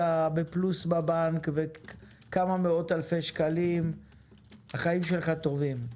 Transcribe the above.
בפלוס בבנק ויש לך כמה מאות אלפי שקלים החיים שלך טובים,